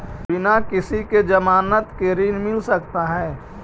बिना किसी के ज़मानत के ऋण मिल सकता है?